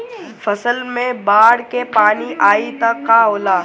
फसल मे बाढ़ के पानी आई त का होला?